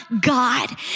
God